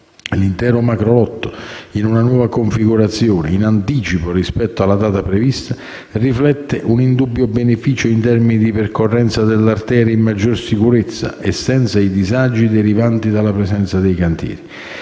l'intero macrolotto in nuova configurazione, in anticipo rispetto alla data prevista, riflette un indubbio beneficio in termini di percorrenza dell'arteria in maggior sicurezza e senza i disagi derivanti dalla presenza dei cantieri.